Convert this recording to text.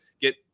get